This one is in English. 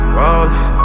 rolling